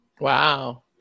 Wow